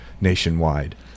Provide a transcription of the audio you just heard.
nationwide